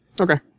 Okay